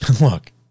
Look